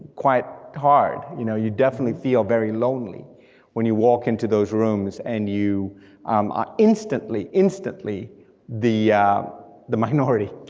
quite hard, you know you definitely feel very lonely when you walk into those rooms and you um are instantly, instantly the the minority.